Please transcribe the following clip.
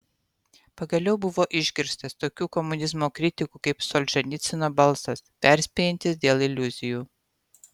pagaliau buvo išgirstas tokių komunizmo kritikų kaip solženicyno balsas perspėjantis dėl iliuzijų